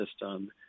system